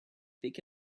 pick